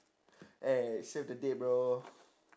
eh save the date bro